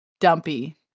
Dumpy